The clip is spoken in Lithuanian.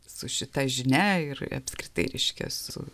su šita žinia ir apskritai reiškia su